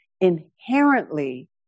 inherently